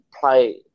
play